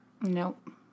Nope